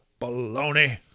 baloney